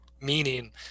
meaning